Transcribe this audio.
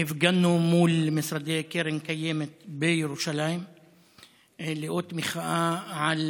הפגנו מול משרדי קרן קיימת בירושלים לאות מחאה על